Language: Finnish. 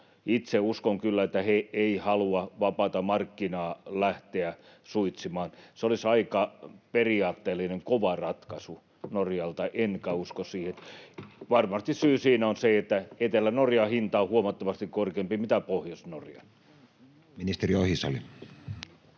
Itse uskon kyllä, että he eivät halua vapaata markkinaa lähteä suitsimaan. Se olisi aika periaatteellinen, kova ratkaisu Norjalta, enkä usko siihen. [Jani Mäkelä: Katsotaanhan talvella!] Varmasti syy siinä on se, että Etelä-Norjan hinta on huomattavasti korkeampi kuin Pohjois-Norjan. [Speech